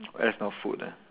that's not food ah